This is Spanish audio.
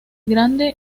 grande